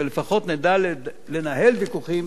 ולפחות נדע לנהל ויכוחים